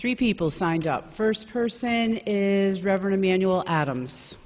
three people signed up first person is reverend manual adams